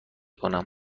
کنم